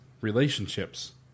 relationships